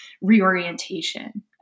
reorientation